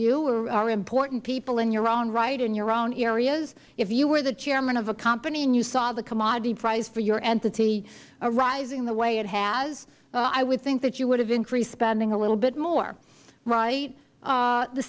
you are important people in your own right in your own areas if you were the chairman of a company and saw the commodity price for your entity rising the way it has i would think that you would have increased spending a little bit more right